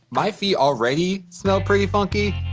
my feet already smell pretty funky.